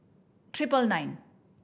tripe nine